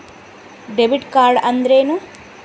Debit card ಅಂದ್ರೇನು?